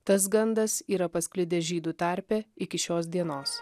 tas gandas yra pasklidęs žydų tarpe iki šios dienos